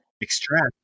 extract